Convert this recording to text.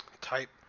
type